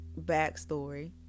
backstory